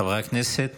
חברי הכנסת,